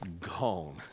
gone